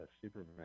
Superman